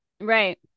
right